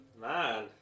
man